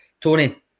Tony